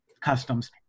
customs